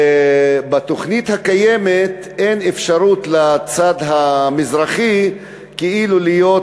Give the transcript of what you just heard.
ובתוכנית הקיימת אין אפשרות לצד המזרחי כאילו להיות